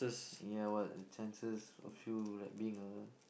yeah what are the chances of you like being a